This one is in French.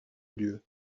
lieu